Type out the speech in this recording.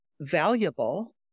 valuable